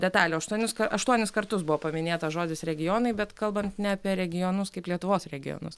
detalių aštuonis aštuonis kartus buvo paminėtas žodis regionai bet kalbant ne apie regionus kaip lietuvos regionus